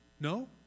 No